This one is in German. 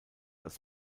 als